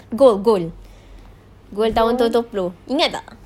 goal goal goal tahun dua puluh ingat tak